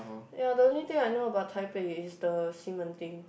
ya the only thing I know about Taipei is the 西门町:Xi Men Ding